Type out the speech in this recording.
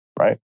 right